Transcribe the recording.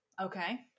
Okay